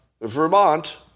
Vermont